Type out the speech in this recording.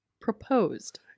proposed